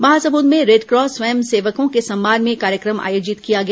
महामसूंद में रेडक्रॉस स्वयंसेवकों के सम्मान में कार्यक्रम आयोजित किया गया